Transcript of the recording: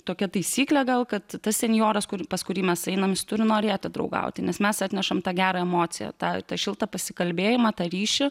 tokia taisyklė gal kad tas senjoras kurį pas kurį mes einame turi norėti draugauti nes mes atnešam tą gerą emociją tą tą šiltą pasikalbėjimą tą ryšį